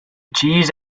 cheese